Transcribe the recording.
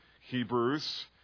Hebrews